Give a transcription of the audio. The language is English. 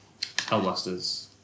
hellblasters